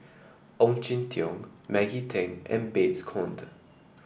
Ong Jin Teong Maggie Teng and Babes Conde